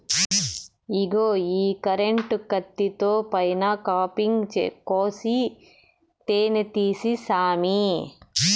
ఇగో ఈ కరెంటు కత్తితో పైన కాపింగ్ కోసి తేనే తీయి సామీ